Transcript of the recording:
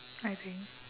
I think